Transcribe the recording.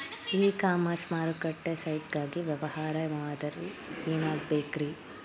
E commerce ಮಾರುಕಟ್ಟೆ site ಗಾಗಿ ವ್ಯವಹಾರ ಮಾದರಿ ಏನಾಗಿರಬೇಕ್ರಿ?